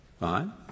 Fine